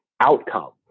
outcome